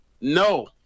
No